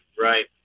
right